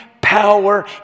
power